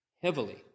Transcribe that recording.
heavily